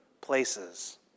places